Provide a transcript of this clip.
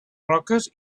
roques